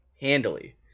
handily